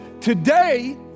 Today